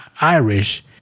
Irish